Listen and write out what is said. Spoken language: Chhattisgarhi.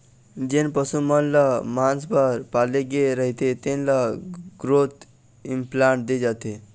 जेन पशु मन ल मांस बर पाले गे रहिथे तेन ल ग्रोथ इंप्लांट दे जाथे